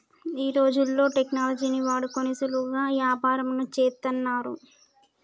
ఈ రోజుల్లో టెక్నాలజీని వాడుకొని సులువుగా యాపారంను చేత్తన్నారు